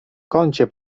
kącie